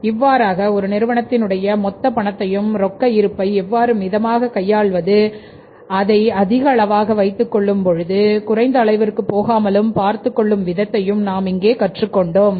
இவ்வாறாக ஒரு நிறுவனத்தின் உடைய மொத்த பணத்தையும் ரொக்க இருப்பை எவ்வாறு மிதமாக கையாள்வது அதை அதிக அளவாக வைத்துக்கொள்ளும் குறைந்த அளவிற்கு போகாமலும் பார்த்துக் கொள்ளும் விதத்தை நாம் இங்கே கற்றுக்கொண்டோம்